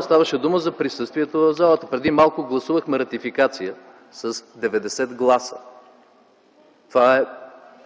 Ставаше дума за присъствието в залата. Преди малко гласувахме ратификация с 90 гласа. Това е!